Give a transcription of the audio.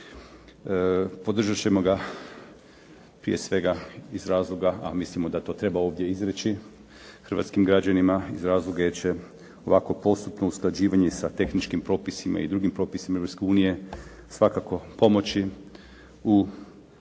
Podržat ćemo ga prije svega iz razloga a mislimo da to treba ovdje izreći hrvatskim građanima iz razloga jer će ovako postupno usklađivanje sa tehničkim propisima i drugim propisima Europske unije svakako pomoći u